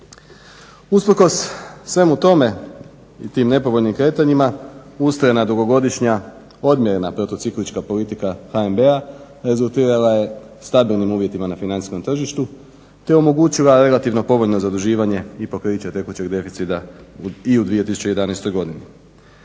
Usprkos svemu tome i tim nepovoljnim kretanjima ustrajna dugogodišnja odmjerena protuciklička politika HNB-a rezultirala je stabilnim uvjetima na financijskom tržištu te je omogućila relativno povoljno zaduživanje i pokriće tekućeg deficita i u 2011. godini.